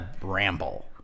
ramble